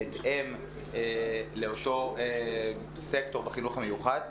בהתאם לאותו סקטור בחינוך המיוחד.